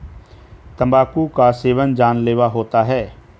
तंबाकू का सेवन जानलेवा होता है